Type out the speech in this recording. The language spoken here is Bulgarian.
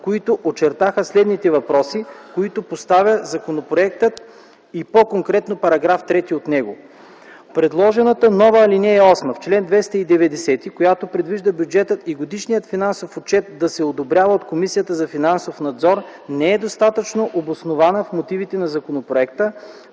които очертаха следните въпроси, които поставя законопроектът и по-конкретно § 3. Предложената нова ал. 8 в чл. 290, която предвижда бюджетът и годишният финансов отчет да се одобряват от Комисията за финансов надзор, не е достатъчно обоснована в мотивите на законопроекта,